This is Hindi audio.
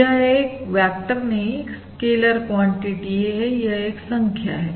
यह एक वेक्टर नहीं है यह एक स्कैलर क्वांटिटी है यह एक संख्या है